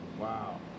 Wow